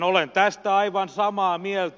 olen tästä aivan samaa mieltä